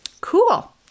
Cool